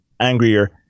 angrier